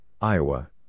Iowa